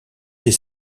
des